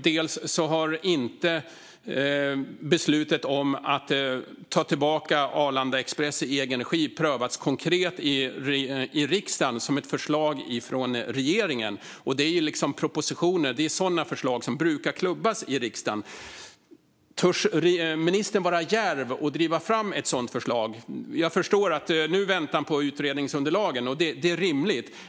Dels har beslutet om att ta tillbaka Arlanda Express i egen regi inte prövats konkret i riksdagen, som ett förslag från regeringen. Det handlar om propositioner och sådana förslag som brukar klubbas i riksdagen. Törs ministern vara djärv och driva fram ett sådant förslag? Jag förstår att han nu väntar på utredningsunderlaget, vilket är rimligt.